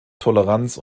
toleranz